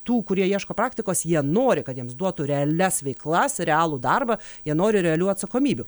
tų kurie ieško praktikos jie nori kad jiems duotų realias veiklas realų darbą jie nori realių atsakomybių